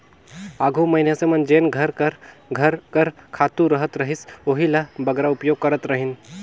आघु मइनसे मन जेन घर कर घर कर खातू रहत रहिस ओही ल बगरा उपयोग करत रहिन